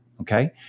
Okay